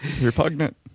repugnant